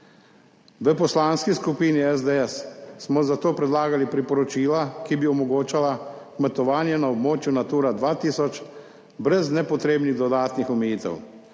V Poslanski skupini SDS smo zato predlagali priporočila, ki bi omogočala kmetovanje na območju Natura 2000 brez nepotrebnih dodatnih omejitev,